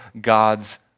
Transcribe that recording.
God's